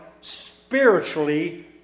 spiritually